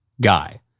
guy